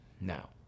now